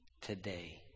today